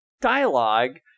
dialogue